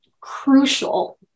crucial